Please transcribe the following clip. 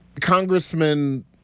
Congressman